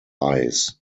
eyes